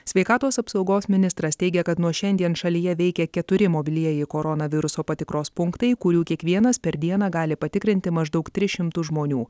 sveikatos apsaugos ministras teigia kad nuo šiandien šalyje veikia keturi mobilieji koronaviruso patikros punktai kurių kiekvienas per dieną gali patikrinti maždaug tris šimtus žmonių